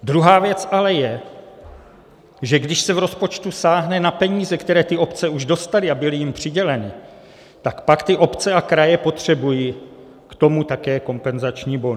Druhá věc ale je, že když se v rozpočtu sáhne na peníze, které ty obce už dostaly a byly jim přiděleny, tak pak ty obce a kraje potřebují k tomu také kompenzační bonus.